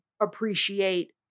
appreciate